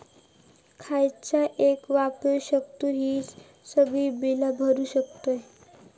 खयचा ऍप वापरू शकतू ही सगळी बीला भरु शकतय?